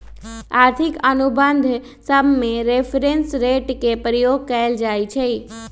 आर्थिक अनुबंध सभमें रेफरेंस रेट के प्रयोग कएल जाइ छइ